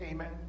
Amen